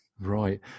Right